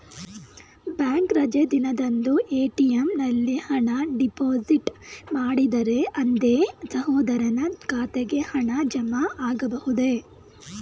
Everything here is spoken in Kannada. ಬ್ಯಾಂಕ್ ರಜೆ ದಿನದಂದು ಎ.ಟಿ.ಎಂ ನಲ್ಲಿ ಹಣ ಡಿಪಾಸಿಟ್ ಮಾಡಿದರೆ ಅಂದೇ ಸಹೋದರನ ಖಾತೆಗೆ ಹಣ ಜಮಾ ಆಗಬಹುದೇ?